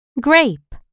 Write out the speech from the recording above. Grape